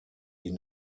die